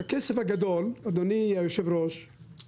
הכסף הגדול, אדוני היושב ראש,